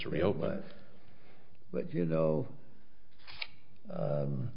to reopen but you know